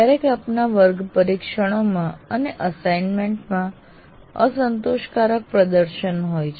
ક્યારેક આપના વર્ગ પરીક્ષણોમાં અને અસાઈનમેન્ટ માં અસંતોષકારક પ્રદર્શન હોય છે